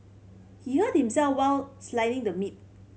he hurt himself while slicing the meat